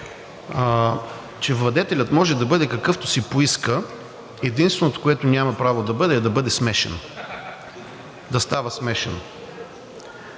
че владетелят може да бъде какъвто си поиска, единственото, което няма право да бъде, е да бъде смешен, да става смешен.